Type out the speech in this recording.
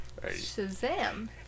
Shazam